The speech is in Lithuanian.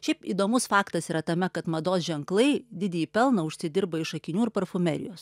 šiaip įdomus faktas yra tame kad mados ženklai didįjį pelną užsidirba iš akinių ir parfumerijos